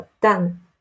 done